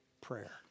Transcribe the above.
prayer